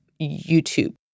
YouTube